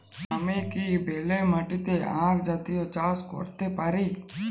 আমি কি বেলে মাটিতে আক জাতীয় চাষ করতে পারি?